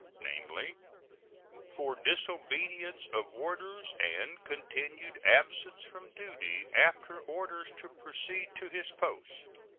namely for disobedience of orders and continued absence from duty after orders to proceed to his post.